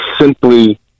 simply